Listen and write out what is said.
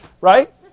Right